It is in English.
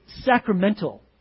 sacramental